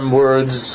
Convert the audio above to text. words